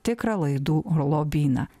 tikrą laidų lobyną